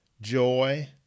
joy